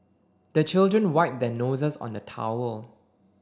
the children wipe their noses on the towel